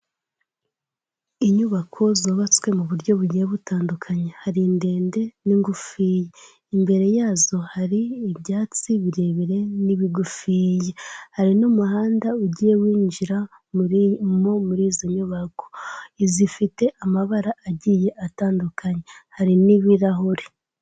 Inyubako zubatswe mu buryo bugiye butandukanye, hari indende n'ingufiya, imbere yazo hari ibyatsi birebire n'ibigufiya, hari n'umuhanda ugiye winjiramo muri izi nyubako, izifite amabara agiye atandukanye, hari n'ibirahuri.